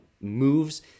moves